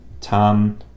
Tom